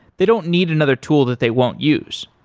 they don't need another tool that they won't use.